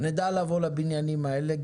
נדע לבוא לבניינים האלה,